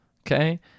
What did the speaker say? Okay